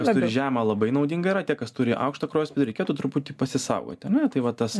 kas turi žemą labai naudinga yra tie kas turi aukštą kraujospūdį reikėtų truputį pasisaugoti ar ne tai va tas